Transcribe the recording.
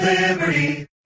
Liberty